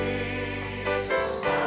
Jesus